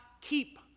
keep